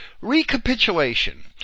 recapitulation